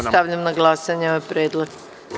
Stavljam na glasanje ovaj predlog.